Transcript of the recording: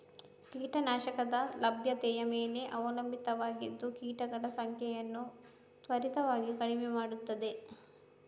ಕೀಟ ನಾಶಕದ ಲಭ್ಯತೆಯ ಮೇಲೆ ಅವಲಂಬಿತವಾಗಿದ್ದು ಕೀಟಗಳ ಸಂಖ್ಯೆಯನ್ನು ತ್ವರಿತವಾಗಿ ಕಡಿಮೆ ಮಾಡುತ್ತದೆ